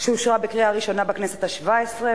שאושרה בקריאה הראשונה בכנסת השבע-עשרה